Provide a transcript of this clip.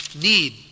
need